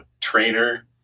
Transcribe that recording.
trainer